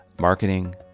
marketing